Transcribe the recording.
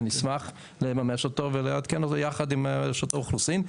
ונשמח לממש אותו ולעדכן אותו יחד עם רשות האוכלוסין.